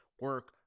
Work